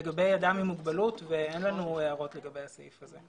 לגבי אדם עם מוגבלות ואין לנו הערות לגבי הסעיף הזה.